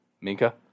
Minka